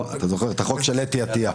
החוק של אתי עטייה.